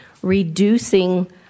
reducing